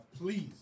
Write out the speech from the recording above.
please